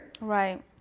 Right